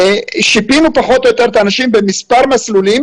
שיפינו פחות או יותר את האנשים במספר מסלולים